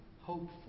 hopeful